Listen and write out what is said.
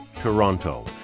Toronto